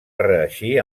reeixir